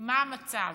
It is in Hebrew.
מה המצב,